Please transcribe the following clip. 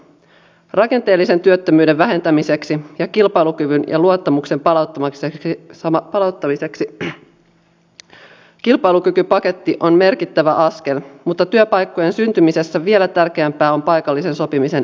rakenteellisen työttömyyden vähentämiseksi ja kilpailukyvyn ja luottamuksen palauttamiseksi kilpailukykypaketti on merkittävä askel mutta työpaikkojen syntymisessä vielä tärkeämpää on paikallisen sopimisen edistäminen